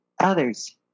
others